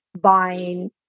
buying